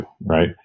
Right